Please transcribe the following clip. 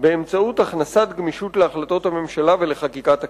באמצעות הכנסת גמישות להחלטות הממשלה ולחקיקת הכנסת."